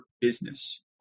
business